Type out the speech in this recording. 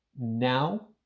now